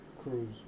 cruise